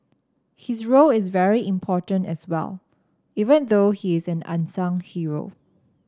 his role is very important as well even though he is an unsung hero